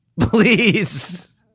Please